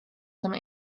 some